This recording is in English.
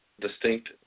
distinct